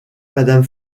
madame